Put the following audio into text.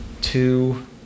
two